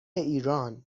ایران